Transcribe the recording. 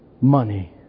money